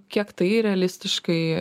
kiek tai realistiškai